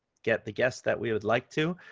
get the guest that we would like to,